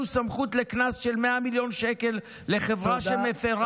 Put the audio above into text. סמכות לקנס של 100 מיליון שקל לחברה שמפירה,